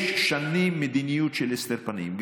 יש במשך שנים מדיניות של הסתר פנים.